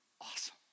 awesome